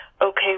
okay